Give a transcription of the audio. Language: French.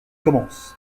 commence